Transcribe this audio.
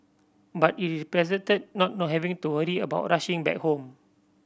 but it represented not not having to worry about rushing back home